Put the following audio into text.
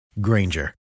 Granger